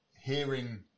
hearing